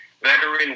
veteran